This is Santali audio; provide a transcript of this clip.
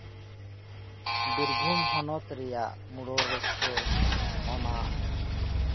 ᱵᱤᱨᱵᱷᱩᱢ ᱦᱚᱱᱚᱛ ᱨᱮᱨᱟᱜ ᱢᱩᱲ ᱨᱟᱹᱥᱠᱟᱹ ᱚᱱᱟ